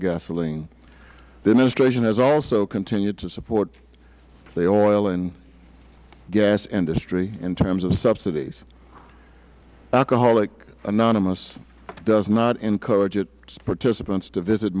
has also continued to support the oil and gas industry in terms of subsidies alcoholics anonymous does not encourage its participants to visit